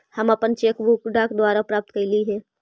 हम अपन cheque book डाक द्वारा प्राप्त कईली हे